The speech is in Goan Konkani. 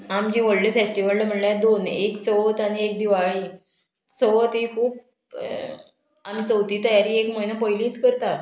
आमची व्हडली फेस्टीवल म्हणल्यार दोन एक चवथ आनी एक दिवाळी चवथ ही खूब आमी चवथी तयारी एक म्हयनो पयलीत करता